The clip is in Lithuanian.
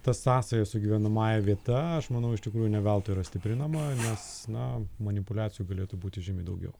ta sąsaja su gyvenamąja vieta aš manau iš tikrųjų ne veltui yra stiprinama nes na manipuliacijų galėtų būti žymiai daugiau